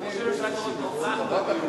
כתוב בתקנון